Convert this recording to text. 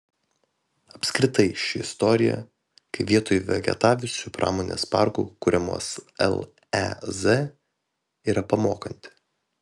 apskritai ši istorija kai vietoj vegetavusių pramonės parkų kuriamos lez yra pamokanti